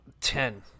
Ten